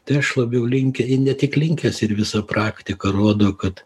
tai aš labiau linkę ne tik linkęs ir visa praktika rodo kad